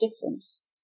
difference